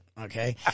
okay